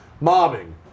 mobbing